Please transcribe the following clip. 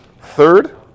Third